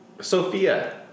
Sophia